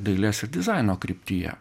dailės ir dizaino kryptyje